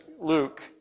Luke